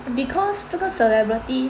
because 这个 celebrity